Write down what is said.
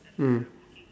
mm